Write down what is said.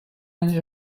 eine